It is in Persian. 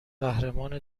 قهرمان